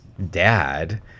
dad